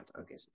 Okay